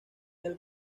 del